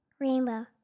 rainbow